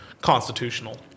constitutional